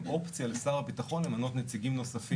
אופציה לשר הביטחון למנות נציגים נוספים.